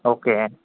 okay